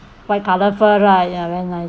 white colour fur right ya very nice